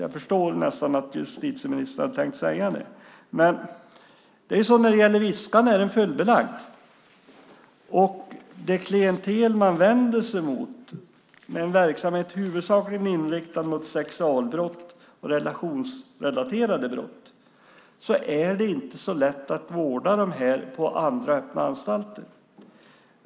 Jag förstår nästan att justitieministern har tänkt säga det, men Viskan är fullbelagd. Det klientel man vänder sig till, med en verksamhet huvudsakligen inriktad på sexualbrott och relationsrelaterade brott, är inte så lätt att vårda på andra öppna anstalter.